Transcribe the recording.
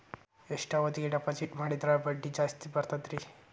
ಎಷ್ಟು ಅವಧಿಗೆ ಡಿಪಾಜಿಟ್ ಮಾಡಿದ್ರ ಬಡ್ಡಿ ಜಾಸ್ತಿ ಬರ್ತದ್ರಿ?